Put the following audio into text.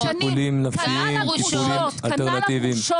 טיפולים נפשיים, טיפולים אלטרנטיביים.